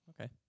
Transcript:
Okay